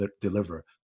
deliver